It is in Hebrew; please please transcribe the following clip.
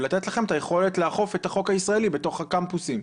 ולתת לכם את היכולת לאכוף את החוק הישראלי בתוך הקמפוסים,